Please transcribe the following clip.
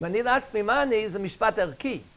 ואני לעצמי, מה אני? זה משפט ערכי.